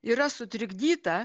yra sutrikdyta